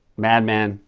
madman,